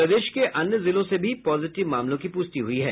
प्रदेश के अन्य जिलों से भी पॉजिटिव मामलों की पुष्टि हुई है